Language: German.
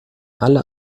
alle